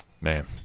Man